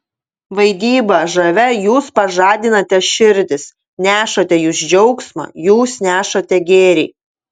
vaidyba žavia jūs pažadinate širdis nešate jūs džiaugsmą jūs nešate gėrį